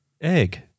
egg